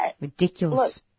Ridiculous